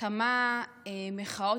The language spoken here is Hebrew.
בכמה מחאות,